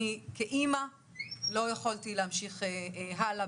אני כאימא לא יכולתי להמשיך הלאה